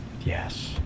yes